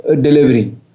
delivery